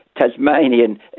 Tasmanian